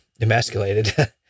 emasculated